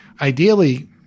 ideally